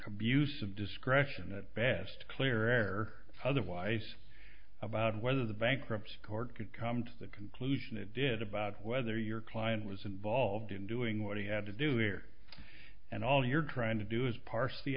of discretion at best clear air otherwise about whether the bankruptcy court could come to the conclusion it did about whether your client was involved in doing what he had to do here and all you're trying to do is pars